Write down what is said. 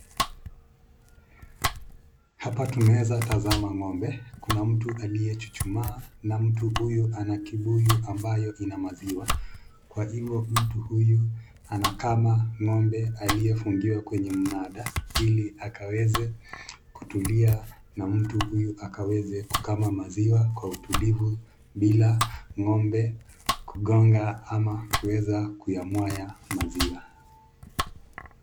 Hapa tunaeza tazama ng'ombe kuna mtu aliyechuchuma na mtu huyu ana kibuyu ambayo ina maziwa. Kwa hivo mtu huyu anakama ng'ombe aliyefungiwa kwenye mnada ili akaweze kutulia na mtu huyu akaweze kukama maziwa kwa utulivu bila ng'ombe kugonga ama kuweza kuyamwaya maziwa.